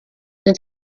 and